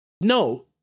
no